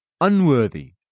unworthy